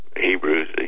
Hebrews